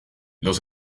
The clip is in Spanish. los